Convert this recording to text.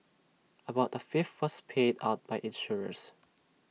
about A fifth was paid out by insurers